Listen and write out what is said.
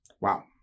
Wow